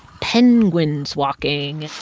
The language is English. penguins walking